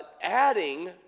adding